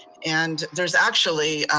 and there's actually,